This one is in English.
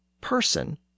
person